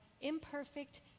imperfect